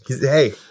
Hey